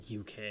UK